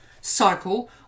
cycle